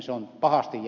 se on pahasti